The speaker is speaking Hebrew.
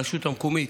הרשות המקומית,